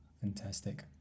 Fantastic